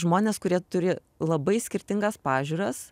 žmonės kurie turi labai skirtingas pažiūras